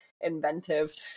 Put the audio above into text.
inventive